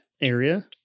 area